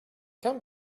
came